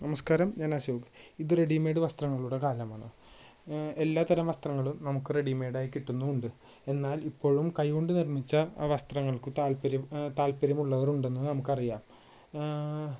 നമസ്കാരം ഞാൻ അശോക് ഇത് റെഡിമേട് വസ്ത്രങ്ങളുടെ കാലമാണ് എല്ലാത്തരം വസ്ത്രങ്ങളും നമുക്ക് റെഡിമേഡായി കിട്ടുന്നുമുണ്ട് എന്നാൽ ഇപ്പഴും കൈ കൊണ്ട് നിർമിച്ച വസ്ത്രങ്ങൾക്ക് താല്പര്യം താല്പര്യമുള്ളവർ ഉണ്ടെന്ന് നമുക്കറിയാം